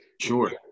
Sure